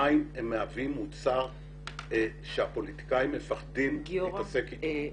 המים מהווים מוצר שהפוליטיקאים מפחדים להתעסק אתו.